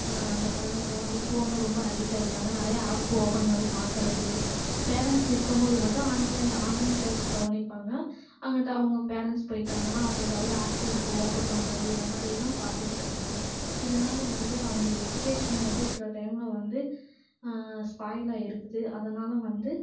அந்த குழந்தைங்கள்லாம் வந்து ஃபோன்ல ரொம்ப அடிக்ட் ஆகிட்டாங்க நிறைய ஆப் ஓப்பன் பண்ணி பார்க்கறது பேரன்ட்ஸ் இருக்கும்போது மட்டும் ஆன்லைன் ஆன்லைன் க்ளாஸ் கவனிப்பாங்க அங்கிட்டு அவங்க பேரன்ட்ஸ் போய்ட்டாங்கன்னால் அவங்க ஏதாவது ஆப் எடுத்து ஓப்பன் பண்ணுறது இதைமாரிலாம் பார்த்துக்கிட்ருக்காங்க இதனால் வந்து அவங்க எஜிகேஷன் வந்து சில டைம்ல வந்து ஸ்பாயில் ஆயிருக்குது அதனால் வந்து